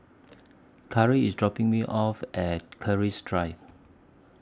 Karri IS dropping Me off At Keris Drive